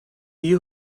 you